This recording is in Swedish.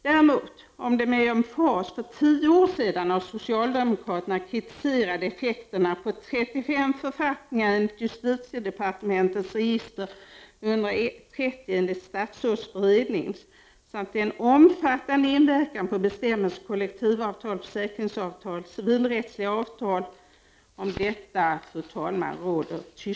Däremot, fru talman, råder det tystnad om de för tio år sedan med emfas av socialdemokraterna kritiserade effekterna på 35 författningar enligt justitiedepartementets register och de 130 enligt statsrådsberedningens samt den omfattande inverkan på bestämmelser i kollektivavtal, försäkringsavtal och civilrättsliga avtal om detta.